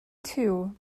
too